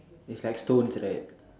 it's like stones right